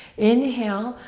inhale,